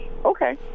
Okay